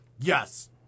yes